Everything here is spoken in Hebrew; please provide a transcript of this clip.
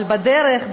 אבל בדרך,